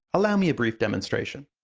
allow me a brief demonstration.